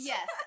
Yes